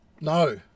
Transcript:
No